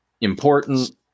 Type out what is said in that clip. important